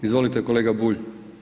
Izvolite kolega Bulj.